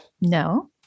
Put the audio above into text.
No